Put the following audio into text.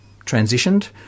transitioned